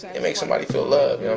it makes somebody feel love. yeah